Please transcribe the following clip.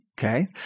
Okay